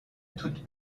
toute